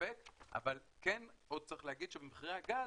אבל עוד צריך להגיד שמחירי הגז,